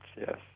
yes